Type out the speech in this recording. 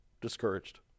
discouraged